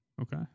Okay